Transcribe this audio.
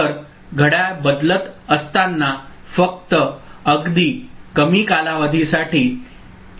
तर घड्याळ बदलत असताना फक्त अगदी कमी कालावधीसाठी एज कडा किंवा काठ येते